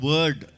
Word